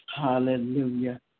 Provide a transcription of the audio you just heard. hallelujah